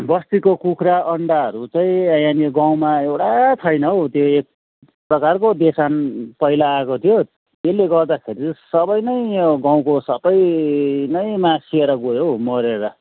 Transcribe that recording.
बस्तीको कुखुरा अन्डाहरू चाहिँ यहाँनिर गाउँमा एउटा छैन हौ त्यो एक प्रकारको देसान पहिला आएको थियो त्यसले गर्दाखेरि सबै नै यो गाउँको सबै नै मासिएर गयो हौ मरेर